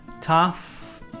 Tough